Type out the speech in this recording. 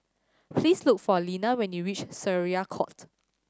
please look for Lena when you reach Syariah Court